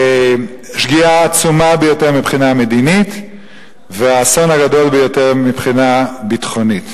שגיאה עצומה ביותר מבחינה מדינית והאסון הגדול ביותר מבחינה ביטחונית.